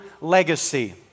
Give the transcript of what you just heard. legacy